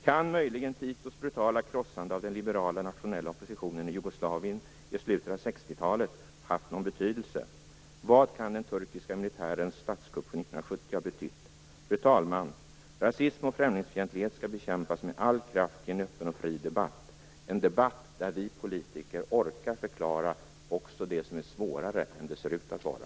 Kan möjligen Titos brutala krossande av den liberala och nationella oppositionen i Jugoslavien i slutet av 60-talet haft någon betydelse? Vad kan den turkiska militärens statskupp 1970 ha betytt? Fru talman! Rasism och främlingsfientlighet skall bekämpas med all kraft i en öppen och fri debatt - en debatt där vi politiker orkar förklara också det som är svårare än det ser ut att vara.